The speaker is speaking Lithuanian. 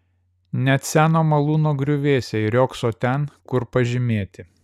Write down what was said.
net seno malūno griuvėsiai riogso ten kur pažymėti